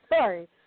Sorry